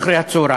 אחרי-הצהריים.